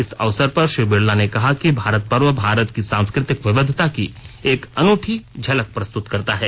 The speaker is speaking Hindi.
इस अवसर पर श्री बिड़ला ने कहा कि भारत पर्व भारत की सांस्कृ तिक विविधता की एक अनूठी झलक प्रस्तुत करता है